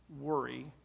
worry